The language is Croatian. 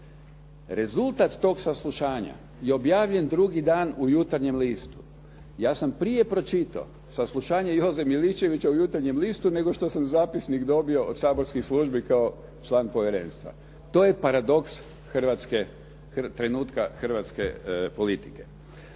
Rezultat tog saslušanja je objavljen drugi dan u "Jutarnjem listu". Ja sam prije pročitao saslušanje Joze Miličevića u "Jutarnjem listu" nego što sam zapisnik dobio od saborskih službi kao član povjerenstva. To je paradoks trenutka hrvatske politike.